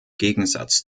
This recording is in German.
gegensatz